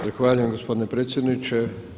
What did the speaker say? Zahvaljujem gospodine predsjedniče.